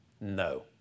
No